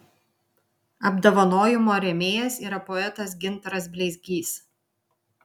apdovanojimo rėmėjas yra poetas gintaras bleizgys